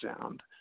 sound